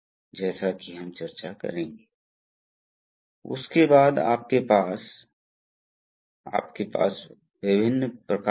दूसरी ओर यदि आप उल्टा करते हैं कि यदि आप इसे पंप के लिए लेते हैं और यह एक टैंक में जाता है तो द्रव यहां प्रवेश करेगा और इस दिशा से बाहर जाएगा